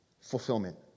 fulfillment